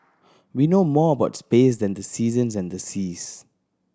we know more about space than the seasons and the seas